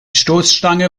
stoßstange